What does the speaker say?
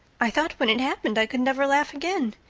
i thought when it happened i could never laugh again.